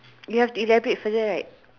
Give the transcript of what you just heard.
you have to elaborate further right